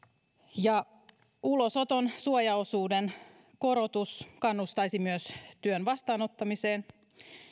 ulosoton suojaosuuden korotus kannustaisi myös työn vastaanottamiseen